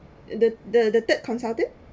the the the third consultant